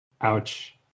Ouch